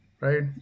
right